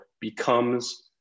becomes